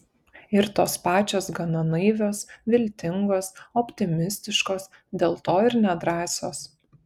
ir tos pačios gana naivios viltingos optimistiškos dėl to ir nedrąsios